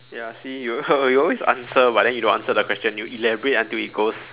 ya see you you always answer but then you don't answer the question you elaborate until it goes